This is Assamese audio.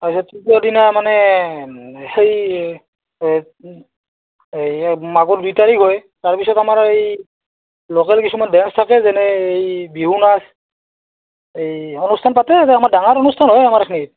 তাৰপিছত তৃতীয় দিনা মানে সেই এই মাঘৰ দুই তাৰিখ হয় তাৰপিছত আমাৰ এই ল'কেল কিছুমান ডেন্স থাকে যেনে এই বিহু নাচ এই অনুষ্ঠান পাতে আৰু আমাৰ ডাঙাৰ অনুষ্ঠান হয় আমাৰ এইখিনিত